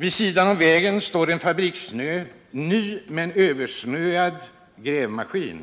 Vid sidan av vägen står en fabriksny men översnöad grävmaskin.